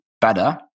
better